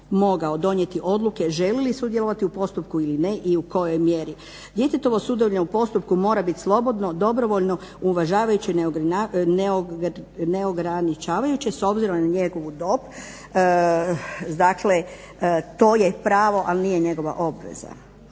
mogao donijeti odluke želi li sudjelovati u postupku ili ne i u kojoj mjeri. Djetetovo sudjelovanje u postupku mora bit slobodno, dobrovoljno, uvažavajući neograničavajuće s obzirom na njegovu dob, dakle to je pravo ali nije njegova obveza.